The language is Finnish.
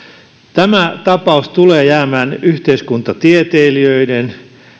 tämä tapaus tulee jäämään yhteiskuntatieteilijöiden